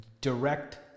direct